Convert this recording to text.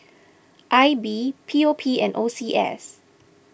I B P O P and O C S